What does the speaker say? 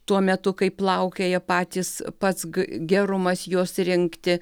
tuo metu kai plaukioja patys pats gerumas juos rinkti